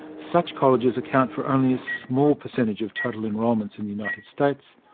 such colleges account for only a small percentage of total enrolments in the united states,